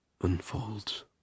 unfolds